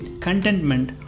Contentment